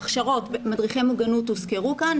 הכשרות - מדריכי מוגנות הוזכרו כאן,